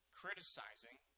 criticizing